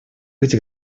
быть